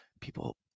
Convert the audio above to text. people